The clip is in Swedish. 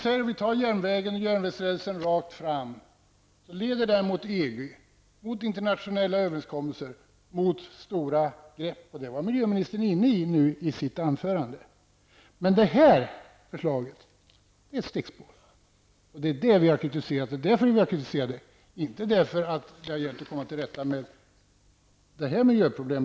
Den järnvägsräls som leder rakt fram leder mot EG, internationella överenskommelser och stora grepp. Det var miljöministern inne på i sitt anförande. Det här förslaget är dock ett stickspår. Därför har vi kritiserat det, inte därför att det har gällt att komma till rätta med detta miljöproblem.